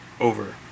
over